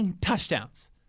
touchdowns